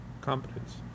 competence